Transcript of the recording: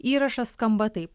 įrašas skamba taip